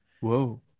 Whoa